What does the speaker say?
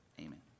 Amen